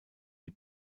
die